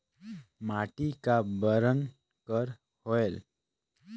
माटी का बरन कर होयल?